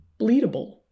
bleedable